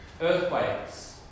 Earthquakes